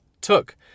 took